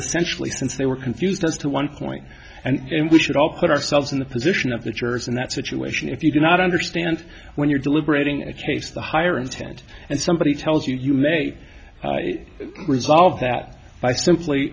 essentially since they were confused as to one point and we should all put ourselves in the position of the jurors in that situation if you do not understand when you're deliberating in a case the higher intent and somebody tells you you may resolve that by